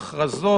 ההכרזות,